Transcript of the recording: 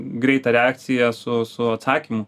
greitą reakciją su su atsakymu